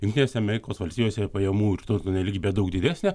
jungtinėse amerikos valstijose pajamų ir turto nelygybė daug didesnė